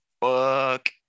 fuck